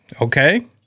okay